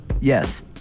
Yes